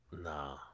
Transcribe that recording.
Nah